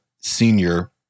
senior